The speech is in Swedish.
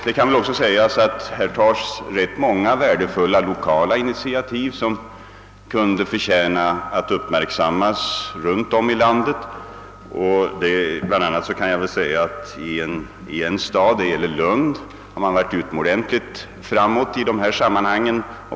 Det tas också rätt många värdefulla lokala initiativ, som kunde förtjäna att uppmärksammas runt om i landet. I exempelvis Lund har man varit utomordentligt framåtsträvande i dessa sammanhang.